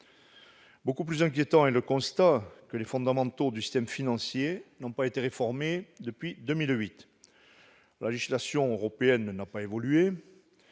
Beaucoup plus inquiétant est le constat que les fondamentaux du système financier n'ont pas été réformés depuis 2008. La législation européenne n'a pas évolué.